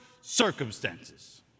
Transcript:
circumstances